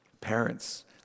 Parents